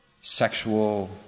sexual